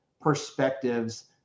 perspectives